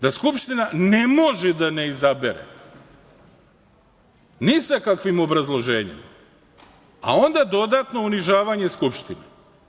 Da skupština ne može da ne izabere ni sa kakvim obrazloženjem, a onda dodatno unižavanje Skupštine.